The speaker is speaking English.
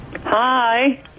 Hi